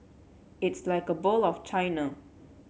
it's like a bowl of China